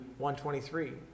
1.23